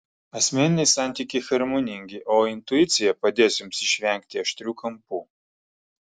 asmeniniai santykiai harmoningi o intuicija padės jums išvengti aštrių kampų